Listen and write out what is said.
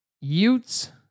Utes